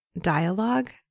dialogue